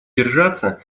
держаться